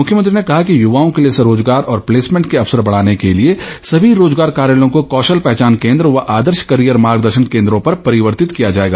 मुख्यमंत्री ने कहा कि युवाओं के लिए रोजगार और प्लेसमेंट के अवसर बढ़ाने के लिए सभी रोजगार कार्यालयों को कौशल पहचान केन्द्रों व आदर्श करियर मार्गदर्शन केन्द्रों पर परिवर्तित किया जाएगा